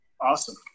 Awesome